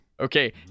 Okay